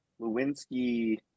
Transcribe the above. Lewinsky